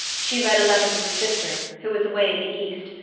she read a letter from her sister, who was away in the east,